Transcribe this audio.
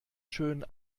schön